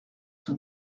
son